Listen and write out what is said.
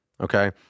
Okay